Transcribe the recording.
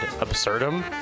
absurdum